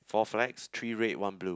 four flags three red one blue